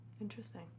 interesting